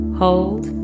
hold